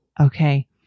okay